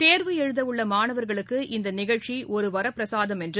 தேர்வு எழுத உள்ள மாணவர்களுக்கு இந்த நிகழ்ச்சி ஒரு வரப்பிரசாதம் என்று